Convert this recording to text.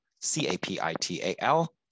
C-A-P-I-T-A-L